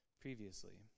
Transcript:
previously